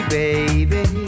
baby